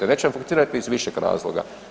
Neće vam funkcionirati iz više razloga.